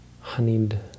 honeyed